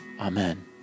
Amen